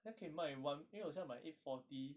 他可以卖 one 因为我现在买 eight forty